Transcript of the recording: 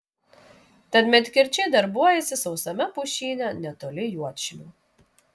tad medkirčiai darbuojasi sausame pušyne netoli juodšilių